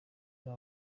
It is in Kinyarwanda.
aba